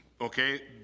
Okay